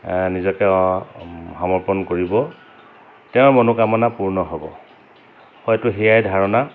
নিজকে সমৰ্পণ কৰিব তেওঁৰ মনোকামনা পূৰ্ণ হ'ব হয়তো সেয়াই ধাৰণা